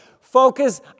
focus